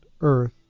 Earth